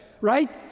right